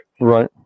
Right